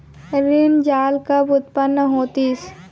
ऋण जाल कब उत्पन्न होतिस?